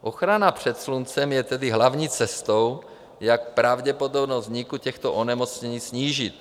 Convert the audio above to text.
Ochrana před sluncem je tedy hlavní cestou, jak pravděpodobnost vzniku těchto onemocnění snížit.